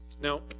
Now